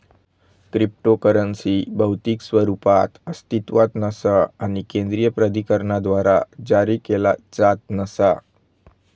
cryptocurrency भौतिक स्वरूपात अस्तित्वात नसा आणि केंद्रीय प्राधिकरणाद्वारा जारी केला जात नसा